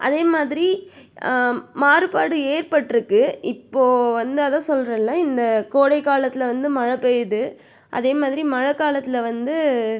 அதே மாதிரி மாறுபாடு ஏற்பட்டுருக்கு இப்போ வந்து அதான் சொல்லுறன்ல இந்த கோடைக்காலத்தில் வந்து மழை பெய்யுது அதே மாதிரி மழை காலத்தில் வந்து